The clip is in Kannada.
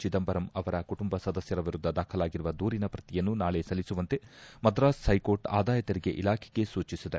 ಚಿದಂಬರಂ ಅವರ ಕುಟುಂಬ ಸದಸ್ಥರ ವಿರುದ್ದ ದಾಖಲಾಗಿರುವ ದೂರಿನ ಶ್ರತಿಯನ್ನು ನಾಳೆ ಸಲ್ಲಿಸುವಂತೆ ಮಧ್ರಾಸ್ ಹೈಕೋರ್ಟ್ ಆದಾಯ ತೆರಿಗೆ ಇಲಾಖೆಗೆ ಸೂಚಿಸಿದೆ